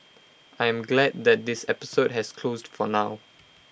I am glad that this episode has closed for now